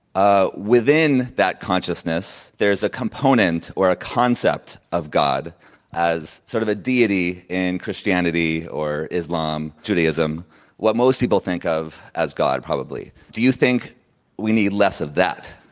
ah within that consciousness, there's a component or a concept of god as sort of the deity in christianity, or islam, or judaism what most people think of as god, probably. do you think we need less of that?